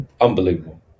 unbelievable